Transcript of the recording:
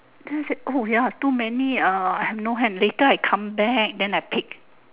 then I said oh ya too many ah I have no hand later I come back then I pick